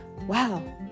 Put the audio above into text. wow